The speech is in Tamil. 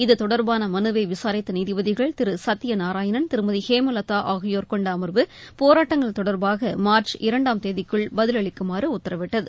இத்தொடர்பான மனுவை விசாரித்த நீதிபதிகள் திரு சத்தியநாராயணன் திருமதி ஹேமலதா ஆகியோர் கொண்ட அமர்வு போராட்டங்கள் தொடர்பாக மார்ச் இரண்டாம் தேதிக்குள் பதிலளிக்குமாறு உத்தரவிட்டது